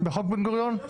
את